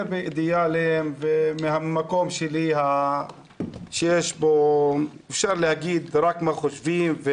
מאידאלים וממקום שאפשר להגיד בו רק מה חושבים.